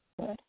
Good